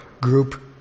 group